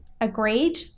agreed